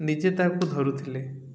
ନିଜେ ତାକୁ ଧରୁଥିଲେ